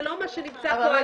זה לא מה שנמצא פה על